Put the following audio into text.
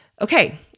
Okay